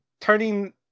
turning